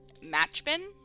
Matchbin